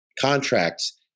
contracts